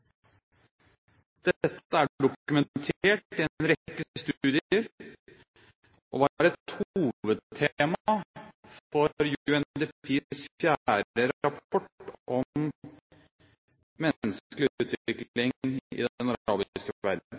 Dette er dokumentert i en rekke studier og var et hovedtema for UNDPs 4. rapport om menneskelig utvikling i